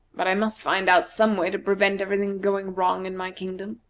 but i must find out some way to prevent every thing going wrong in my kingdom.